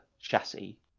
chassis